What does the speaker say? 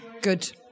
good